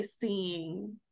seeing